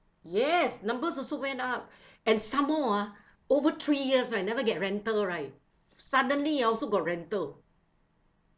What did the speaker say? yes numbers also went up and some more ah over three years right never get rental right suddenly ah also got rental